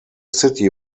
city